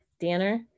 Danner